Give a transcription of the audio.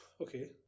Okay